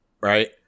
right